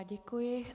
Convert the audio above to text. Děkuji.